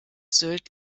sylt